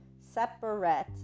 separate